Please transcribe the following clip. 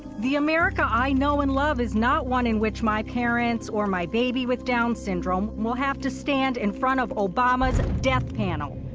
the america i know and love is not one in which my parents or my baby with down syndrome will have to stand in front of obama's death panel.